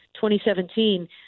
2017